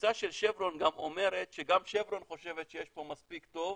הכניסה של 'שברון' אומרת שגם 'שברון' אומרת שיש פה מספיק טוב,